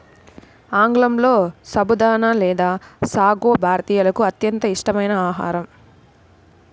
ఆంగ్లంలో సబుదానా లేదా సాగో భారతీయులకు అత్యంత ఇష్టమైన ఆహారం